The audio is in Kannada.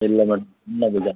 ಇಲ್ಲ ಮೇಡಮ್ ಸಣ್ಣ ಬೀಜ